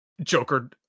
Joker